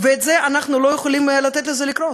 ואנחנו לא יכולים לתת לזה לקרות.